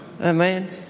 Amen